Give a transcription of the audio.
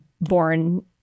born